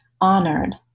honored